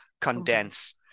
condense